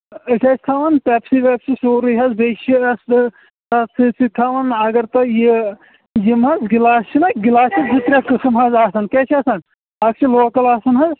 أسۍ ٲسۍ تھاوان پٮ۪پسی وٮ۪پسی سورُے حظ بیٚیہ چھِ اَتھ سۭتۍ سۭتۍ تھاوان اگر ت یہِ تۄہہِ حظ گِلاس چھِ نہ گِلاس چھِ زٕ ترٛے قٕسٕم آسان کیاہ چھِ آسان اَکھ چھ لوکَل آسَن حظ